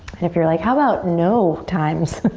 and if you're like, how about no times?